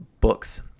books